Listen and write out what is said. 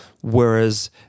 whereas